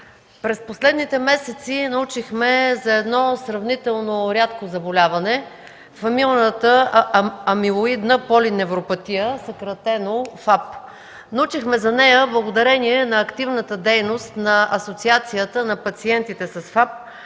През последните месеци научихме за едно сравнително рядко заболяване – фамилната амилоидна полиневропатия, съкратено ФАП. Научихме за нея благодарение на активната дейност на Асоциацията на пациентите с ФАП,